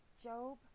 Job